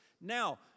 Now